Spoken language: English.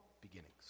beginnings